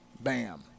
Bam